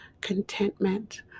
contentment